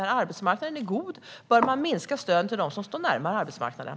När arbetsmarknaden är god bör man minska stöden till dem som står närmare arbetsmarknaden.